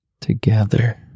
Together